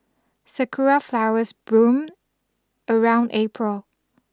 sakura flowers bloom around April